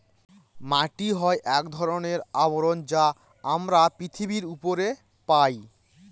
মাটি হয় এক ধরনের আবরণ যা আমরা পৃথিবীর উপরে পায়